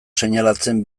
seinalatzen